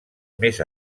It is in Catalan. més